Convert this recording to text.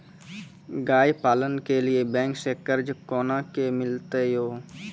गाय पालन के लिए बैंक से कर्ज कोना के मिलते यो?